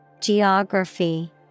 Geography